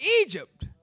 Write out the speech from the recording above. Egypt